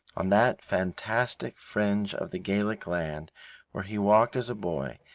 on that fantastic fringe of the gaelic land where he walked as a boy,